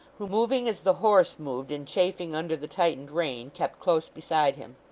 who, moving as the horse moved in chafing under the tightened rein, kept close beside him.